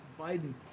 Biden